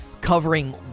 covering